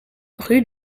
rue